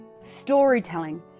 Storytelling